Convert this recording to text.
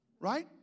Right